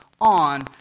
on